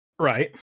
right